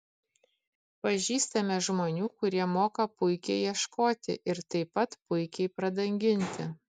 pažįstame žmonių kurie moka puikiai ieškoti ir taip pat puikiai pradanginti